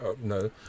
no